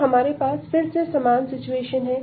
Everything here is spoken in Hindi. तो हमारे पास फिर से समान सिचुएशन है